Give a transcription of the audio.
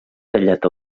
tallat